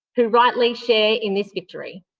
who rightly share in this victory.